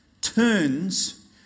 turns